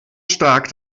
stark